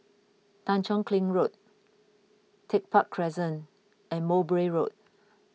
Tanjong Kling Road Tech Park Crescent and Mowbray Road